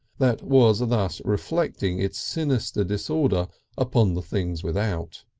that was thus reflecting its sinister disorder upon the things without.